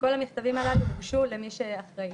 וכל המכתבים הללו הוגשו למי שאחראי,